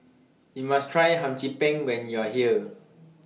YOU must Try Hum Chim Peng when YOU Are here